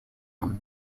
will